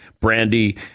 Brandy